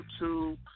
YouTube